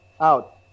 out